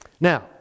Now